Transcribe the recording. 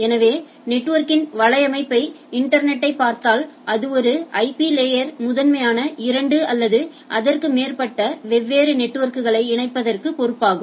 எனவே நெட்வொர்க்கின் வலையமைப்பான இன்டர்நெட்யை பார்த்தால் அது ஒரு ஐபி லேயர் முதன்மையாக இரண்டு அல்லது அதற்கு மேற்பட்ட வெவ்வேறு நெட்வொர்க்களை இணைப்பதற்கு பொறுப்பாகும்